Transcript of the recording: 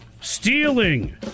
stealing